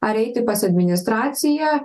ar eiti pas administraciją